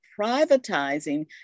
privatizing